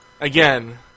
again